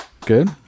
good